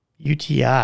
UTI